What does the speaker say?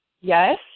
Yes